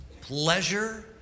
pleasure